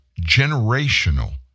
generational